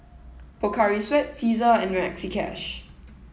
Pocari Sweat Cesar and Maxi Cash